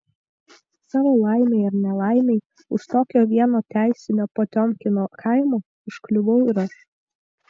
savo laimei ar nelaimei už tokio vieno teisinio potiomkino kaimo užkliuvau ir aš